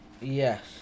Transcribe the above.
Yes